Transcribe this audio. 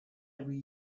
every